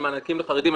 על מענקים לחרדים,